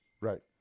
Right